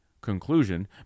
conclusion